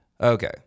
Okay